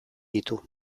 ditu